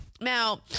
Now